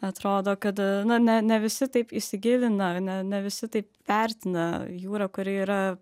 atrodo kad na ne ne visi taip įsigilina ne ne visi taip vertina jūrą kuri yra